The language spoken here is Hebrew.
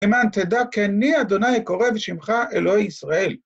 ... תדע כי אני אדוני קורא בשמך אלוהי ישראל.